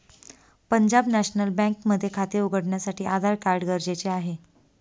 Punjab National Bank मध्ये खाते उघडण्यासाठी आधार कार्ड गरजेचे आहे